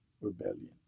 rebellion